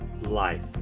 life